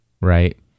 Right